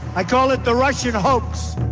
i call it the russian hoax